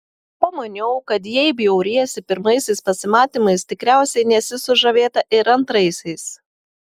pamaniau kad jei bjauriesi pirmaisiais pasimatymais tikriausiai nesi sužavėta ir antraisiais